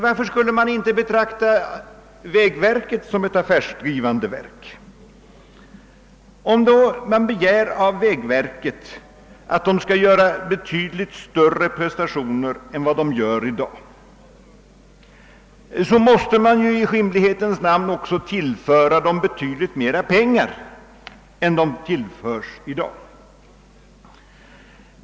Varför skulle man inte kunna betrakta också vägverket som ett affärsdrivande verk? Om vi begär av vägverket att det skall göra betydligt större prestationer än verket gör nu, så måste vi rimligtvis också tillföra verket betydligt mer pengar än vi gör i dag.